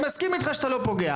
אני מסכים איתך שאתה לא פוגע.